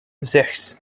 sechs